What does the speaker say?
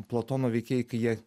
platono veikėjai kai jie